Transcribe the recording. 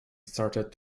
started